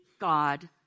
god